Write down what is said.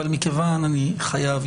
אבל מכיוון שאני חייב,